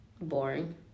Boring